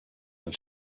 han